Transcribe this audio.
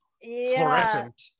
Fluorescent